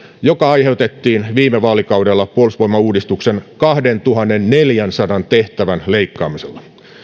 joka aiheutettiin viime vaalikaudella puolustusvoimauudistuksen kahdentuhannenneljänsadan tehtävän leikkaamisella